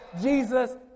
Jesus